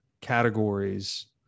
categories